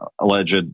alleged